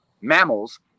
mammals